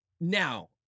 Now